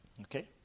Okay